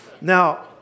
Now